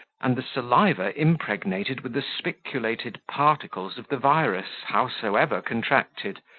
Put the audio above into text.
and the saliva impregnated with the spiculated particles of the virus, howsoever contracted.